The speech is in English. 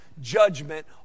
judgment